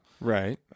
right